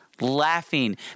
laughing